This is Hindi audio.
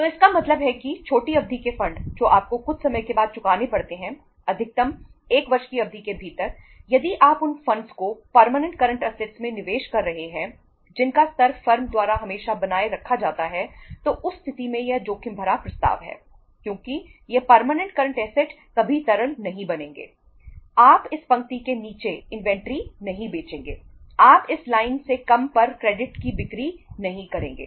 तो इसका मतलब है कि छोटी अवधि के फंड जो आपको कुछ समय के बाद चुकाने पड़ते हैं अधिकतम 1 वर्ष की अवधि के भीतर यदि आप उन फंडस की बिक्री नहीं करेंगे